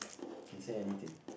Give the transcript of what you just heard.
can say anything